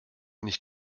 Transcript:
nicht